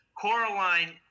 Coraline